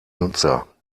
nutzer